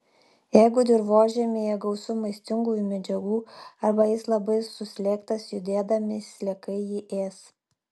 jeigu dirvožemyje gausu maistingųjų medžiagų arba jis labai suslėgtas judėdami sliekai jį ės